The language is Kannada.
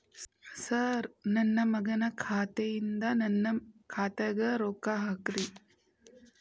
ಸರ್ ನನ್ನ ಮಗನ ಖಾತೆ ಯಿಂದ ನನ್ನ ಖಾತೆಗ ರೊಕ್ಕಾ ಹಾಕ್ರಿ